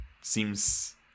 seems